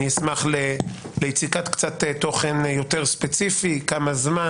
אשמח ליציקת קצת תוכן יותר ספציפי כמה זמן?